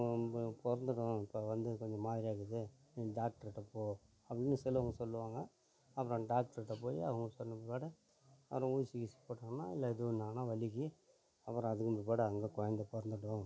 மொ ப பிறந்த கொழந்த வந்து கொஞ்ச மாதிரியா இருக்குது நீ டாக்டர்கிட்ட போ அப்படினு சிலவங்க சொல்லுவாங்கள் அப்புறம் டாக்டர்கிட்ட போய் அவங்க சொன்ன பிற்பாடு அப்புறம் ஊசி கீசி போட்டமுன்னா இல்லை எதுவும் இல்லை ஆனால் வலிக்கு அப்புறம் அதுவந்த பிற்பாடு அங்கே குழந்த பிறந்துடும்